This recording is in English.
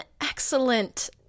excellent